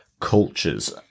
cultures